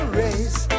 race